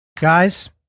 Guys